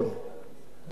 אנשי התנועה.